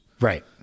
Right